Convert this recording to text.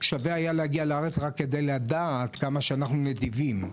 היה שווה להגיע לארץ רק כדי לדעת כמה שאנחנו נדיבים.